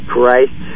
Christ